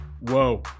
whoa